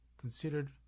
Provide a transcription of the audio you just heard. considered